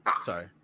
Sorry